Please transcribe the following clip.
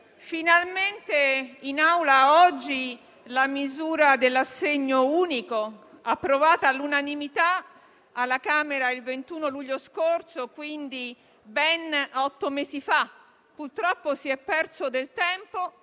finalmente arriva in Aula oggi la misura dell'assegno unico, approvato all'unanimità alla Camera il 21 luglio scorso, ben otto mesi fa. Purtroppo si è perso del tempo